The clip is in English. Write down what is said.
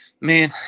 Man